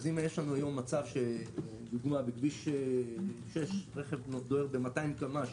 אם, לדוגמה, רכב דוהר ב-200 קמ"ש